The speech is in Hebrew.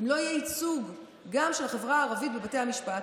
ואם לא יהיה ייצוג גם של החברה הערבית בבתי המשפט,